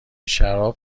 شراب